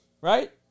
Right